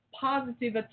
positive